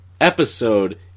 episode